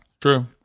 True